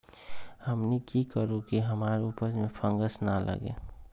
हमनी की करू की हमार उपज में फंगस ना लगे?